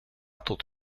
tot